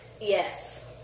Yes